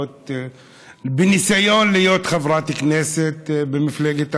בניסיון להיות חברת כנסת במפלגת העבודה.